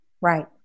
Right